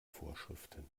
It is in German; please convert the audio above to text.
vorschriften